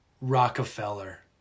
Rockefeller